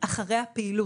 אחרי הפעילות.